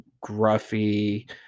gruffy